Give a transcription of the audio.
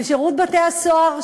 ושירות בתי-הסוהר,